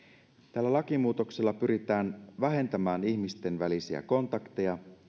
tällä lakimuutoksella pyritään vähentämään ihmisten välisiä kontakteja